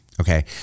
Okay